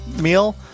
meal